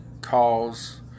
Calls